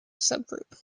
subgroup